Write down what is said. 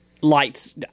lights